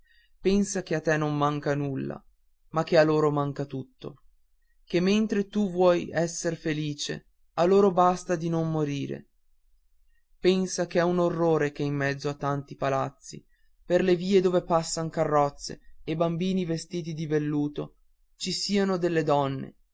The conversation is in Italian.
pensa che a te non manca nulla ma che a loro manca tutto che mentre tu vuoi esser felice a loro basta di non morire pensa che è un orrore che in mezzo a tanti palazzi per le vie dove passan carrozze e bambini vestiti di velluto ci siano delle donne